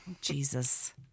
Jesus